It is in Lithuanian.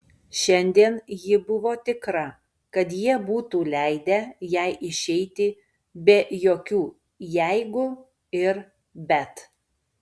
šiandien ji buvo tikra kad jie būtų leidę jai išeiti be jokių jeigu ir bet